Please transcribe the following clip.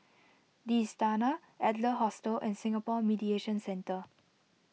the Istana Adler Hostel and Singapore Mediation Centre